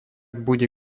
bude